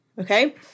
okay